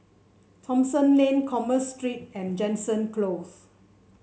Thomson Lane Commerce Street and Jansen Close